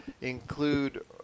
include –